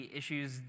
issues